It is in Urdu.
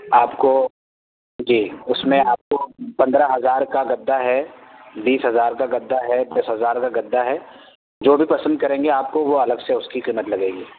آپ کو جی اس میں آپ کو پندرہ ہزار کا گدا ہے بیس ہزار کا گدا ہے دس ہزار کا گدا ہے جو بھی پسند کریں گے آپ کو وہ الگ سے اس کی قیمت لگے گی